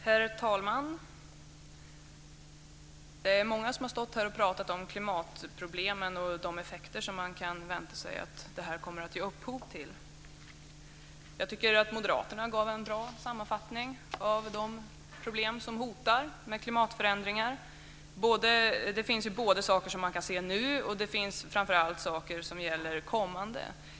Herr talman! Det är många som har pratat om klimatproblemen och de effekter man kan vänta sig att de kommer att ge upphov till. Jag tycker att Moderaterna gav en bra sammanfattning av de problem som hotar i och med klimatförändringarna. Vissa saker kan man se nu, men det mesta kommer.